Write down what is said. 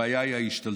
הבעיה היא ההשתלטות,